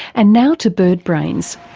and now to bird brains.